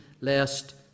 lest